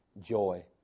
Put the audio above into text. joy